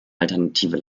alternative